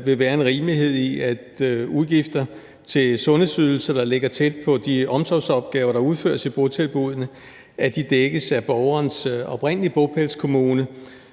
vil være en rimelighed i, at udgifter til sundhedsydelser, der ligger tæt på de omsorgsopgaver, der udføres i botilbuddene, dækkes af borgerens oprindelige bopælskommune,